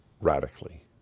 radically